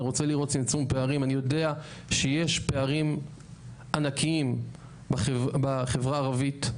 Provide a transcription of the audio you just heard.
אני רוצה לראות צמצום פערים אני ודע שיש פערים ענקיים בחברה הערבית.